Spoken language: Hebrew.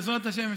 בעזרת השם,